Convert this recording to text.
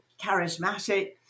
charismatic